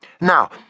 Now